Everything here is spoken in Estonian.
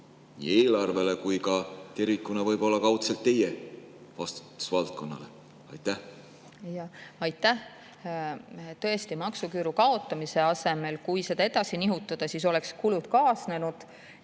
nii eelarvele kui ka tervikuna kaudselt teie vastutusvaldkonnale? Aitäh! Tõesti, maksuküüru kaotamise asemel, kui seda edasi nihutada, oleks kulud kaasnenud.